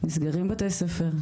נסגרים בתי ספר,